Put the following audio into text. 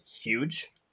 huge